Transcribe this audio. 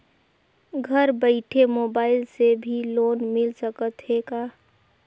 घर बइठे मोबाईल से भी लोन मिल सकथे का?